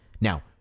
Now